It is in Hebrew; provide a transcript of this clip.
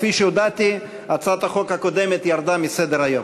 כפי שהודעתי, הצעת החוק הקודמת ירדה מסדר-היום.